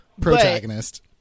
protagonist